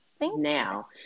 now